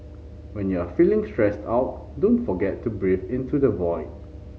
when you are feeling stressed out don't forget to breathe into the void